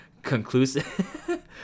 conclusive